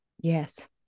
yes